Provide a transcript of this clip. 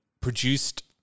produced